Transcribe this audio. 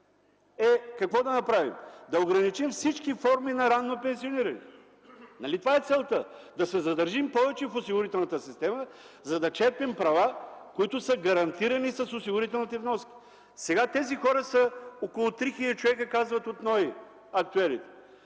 комисия, е да ограничим всички форми на ранно пенсиониране. Нали това е целта – да се задържим повече в осигурителната система, за да черпим права, които са гарантирани с осигурителните вноски? Сега тези хора са около 3 хил. човека, казват актюерите